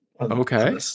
Okay